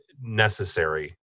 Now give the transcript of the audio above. necessary